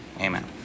Amen